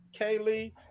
Kaylee